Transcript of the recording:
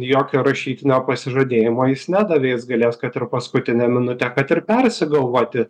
jokio rašytinio pasižadėjimo jis nedavė jis galės kad ir paskutinę minutę kad ir persigalvoti